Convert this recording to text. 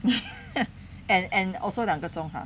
and and also 两个钟 ah